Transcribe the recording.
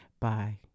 Bye